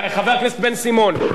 חבר הכנסת בן-סימון,